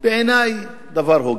בעיני דבר הוגן.